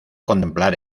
contemplar